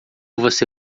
você